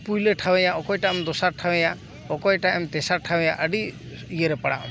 ᱯᱩᱭᱞᱟᱹ ᱴᱷᱟᱶ ᱮᱭᱟ ᱚᱠᱚᱭᱴᱟᱜ ᱮᱢ ᱫᱚᱥᱟᱨ ᱴᱷᱟᱶ ᱮᱭᱟ ᱚᱠᱚᱭᱴᱟᱜ ᱮᱢ ᱛᱮᱥᱟᱨ ᱴᱷᱟᱶ ᱮᱭᱟ ᱟᱹᱰᱤ ᱤᱭᱟᱹᱨᱮᱢ ᱯᱟᱲᱟᱜ ᱟᱢ